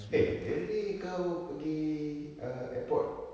eh the other day kau pergi err airport